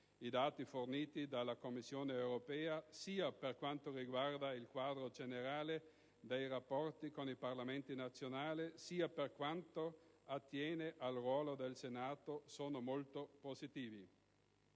I dati forniti dalla Commissione europea, sia per quanto riguarda il quadro generale dei rapporti con i Parlamenti nazionali, sia per quanto attiene al ruolo del Senato, sono molto positivi.